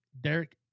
Derek